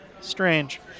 strange